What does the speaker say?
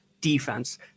defense